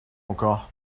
encore